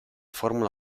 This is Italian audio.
formula